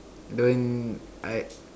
don't I